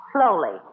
Slowly